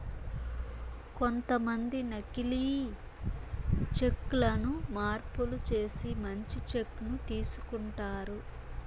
కొంతమంది నకీలి చెక్ లను మార్పులు చేసి మంచి చెక్ ను తీసుకుంటారు